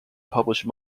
published